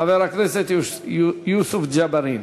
חבר הכנסת יוסף ג'בארין.